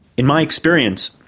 in my experience,